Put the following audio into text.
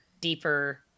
deeper